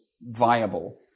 viable